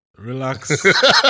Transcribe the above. Relax